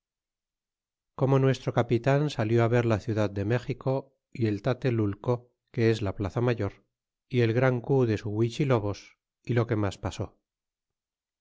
como nuestro capitan salió ver la ciudad de méxico y el tatejuico que es la plaza mayor y el gran cu de su huichilobos y lo que mas pasó